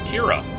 Kira